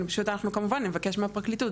אנחנו כמובן נבקש מהפרקליטות,